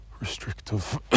restrictive